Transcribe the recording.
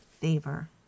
favor